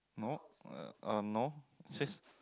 no uh no says